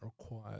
required